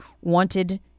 wanted